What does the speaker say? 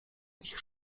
ich